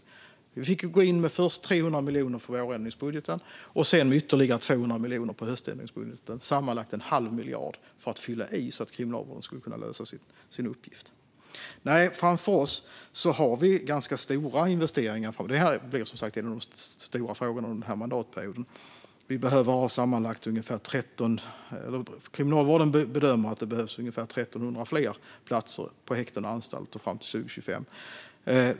Först fick vi gå in med 300 miljoner i vårändringsbudgeten och sedan med ytterligare 200 miljoner i höständringsbudgeten. Vi fyllde på sammanlagt en halv miljard så att Kriminalvården skulle kunna lösa sin uppgift. Framför oss har vi stora investeringar. Det här blir som sagt en av de stora frågorna under mandatperioden. Kriminalvården bedömer att det behövs ungefär 1 300 fler platser på häkten och anstalter fram till 2025.